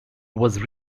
was